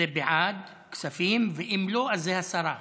וזה בעד, כספים, ואם לא, זה הסרה.